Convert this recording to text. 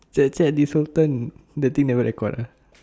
chat chat this whole time the thing never record uh